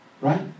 right